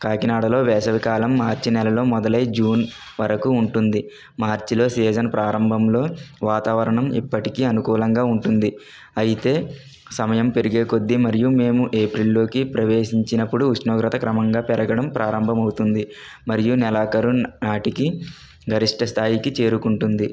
కాకినాడలో వేసవికాలం మార్చి నెలలో జూన్ వరకు ఉంటుంది మార్చిలో సీజన్ ప్రారంభంలో వాతావరణం ఎప్పటికీ అనుకూలంగా ఉంటుంది అయితే సమయం పెరిగే కొద్దీ మరియు మేము ఏప్రిల్లోకి ప్రవేశించినప్పుడు ఉష్ణోగ్రత క్రమంగా పెరగడం ప్రారంభం అవుతుంది మరియు నెలాఖరు నాటికి గరిష్ట స్థాయికి చేరుకుంటుంది